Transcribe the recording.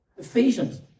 Ephesians